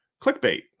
clickbait